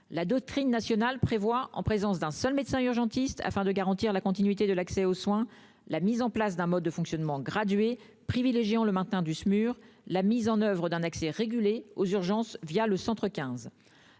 La doctrine nationale prévoit, en présence d'un seul médecin urgentiste, et ce afin de garantir la continuité de l'accès aux soins, la mise en place d'un mode de fonctionnement gradué privilégiant le maintien du Smur, et la mise en oeuvre d'un accès régulé aux urgences, le centre 15.